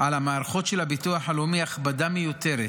על המערכות של הביטוח הלאומי הכבדה מיותרת